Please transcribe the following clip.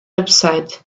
upset